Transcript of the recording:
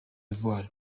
ivoire